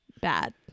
bad